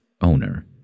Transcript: Owner